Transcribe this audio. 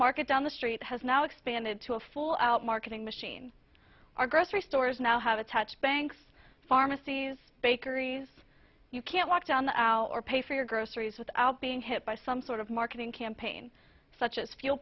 market down the street has now expanded to a full out marketing machine our grocery stores now have a touch banks pharmacies bakeries you can't walk down the aisle or pay for your groceries without being hit by some sort of marketing campaign such as fuel